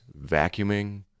vacuuming